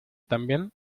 también